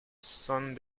son